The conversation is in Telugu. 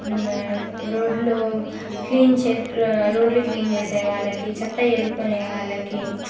రోడ్డులో క్లీన్ రో రోడ్లు క్లీన్ చేసే వాళ్ళకి చెత్త ఏరుకునే వాళ్ళకి